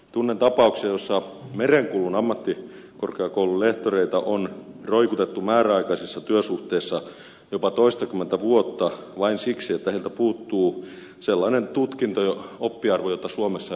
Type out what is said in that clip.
tunnen tapauksia joissa merenkulun ammattikorkeakoulun lehtoreita on roikutettu määräaikaisissa työsuhteissa jopa toistakymmentä vuotta vain siksi että heiltä puuttuu sellainen tutkinto ja oppiarvo jota suomessa ei pysty suorittamaan